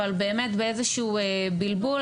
אבל בבלבול.